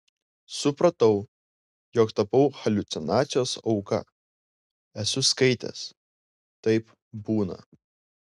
supratau jog tapau haliucinacijos auka esu skaitęs taip būna